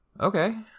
okay